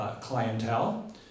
clientele